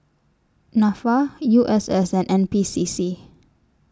Nafa U S S and N P C C